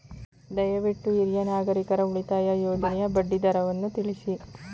ದಯವಿಟ್ಟು ಹಿರಿಯ ನಾಗರಿಕರ ಉಳಿತಾಯ ಯೋಜನೆಯ ಬಡ್ಡಿ ದರವನ್ನು ತಿಳಿಸಿ